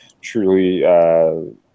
truly